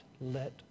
let